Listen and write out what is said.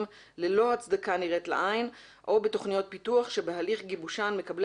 ללא הצדקה נראית לעין או בתוכניות פיתוח שבהליך גיבושן מקבלי